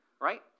right